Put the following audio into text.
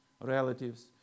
relatives